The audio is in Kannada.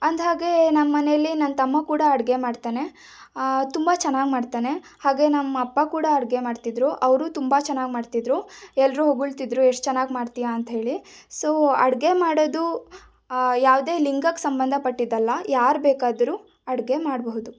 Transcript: ಅಂದ ಹಾಗೆ ನಮ್ಮ ಮನೆಯಲ್ಲಿ ನನ್ನ ತಮ್ಮ ಕೂಡ ಅಡುಗೆ ಮಾಡ್ತಾನೆ ತುಂಬ ಚೆನ್ನಾಗಿ ಮಾಡ್ತಾನೆ ಹಾಗೆ ನಮ್ಮಪ್ಪ ಕೂಡ ಅಡುಗೆ ಮಾಡ್ತಿದ್ರು ಅವರು ತುಂಬ ಚೆನ್ನಾಗಿ ಮಾಡ್ತಿದ್ರು ಎಲ್ಲರೂ ಹೊಗಳ್ತಿದ್ದ್ರು ಎಷ್ಟು ಚೆನ್ನಾಗಿ ಮಾಡ್ತೀಯ ಅಂತ ಹೇಳಿ ಸೊ ಅಡುಗೆ ಮಾಡೋದು ಯಾವುದೇ ಲಿಂಗಕ್ಕೆ ಸಂಬಂಧಪಟ್ಟಿದ್ದಲ್ಲ ಯಾರು ಬೇಕಾದರೂ ಅಡುಗೆ ಮಾಡಬಹುದು